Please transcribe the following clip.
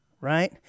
Right